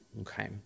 Okay